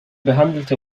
behandelte